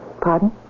Pardon